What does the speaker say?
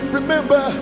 Remember